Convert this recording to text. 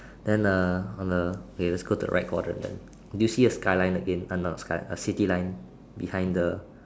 then uh on a okay let's go to the right quadrant then do you see a skyline again uh not a sky a city line behind the